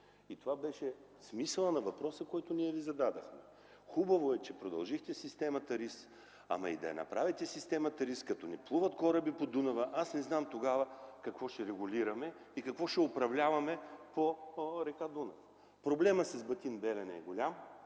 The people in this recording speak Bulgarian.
Това беше смисълът на въпроса, който ние Ви зададохме. Хубаво е, че продължихте системата РИС, но и да направите системата РИС, като не плуват кораби по Дунава, аз не знам тогава какво ще регулираме и какво ще управляваме по река Дунав! Проблемът с Батин-Белене е голям,